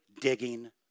digging